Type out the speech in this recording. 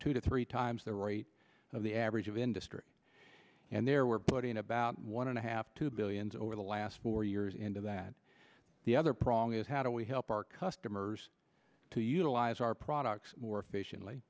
two to three times the rate of the average of industry and there we're putting about one and a half to billions over the last four years into that the other prong is how do we help our customers to utilize our products more efficiently